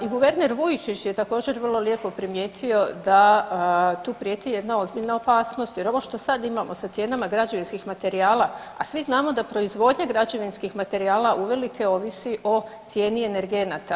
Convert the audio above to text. I guverner Vujčić je također vrlo lijepo primijetio da tu prijeti jedna ozbiljna opasnost jer ovo što sad imamo sa cijenama građevinskih materijala, a svi znamo da proizvodnja građevinskih materijala uvelike ovisi o cijeni energenata.